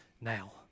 now